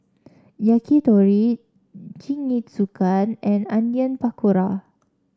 Yakitori Jingisukan and Onion Pakora